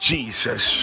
Jesus